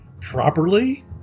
properly